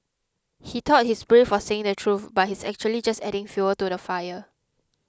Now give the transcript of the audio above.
he thought he's brave for saying the truth but he's actually just adding fuel to the fire